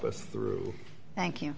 us through thank you